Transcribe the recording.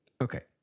Okay